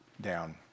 down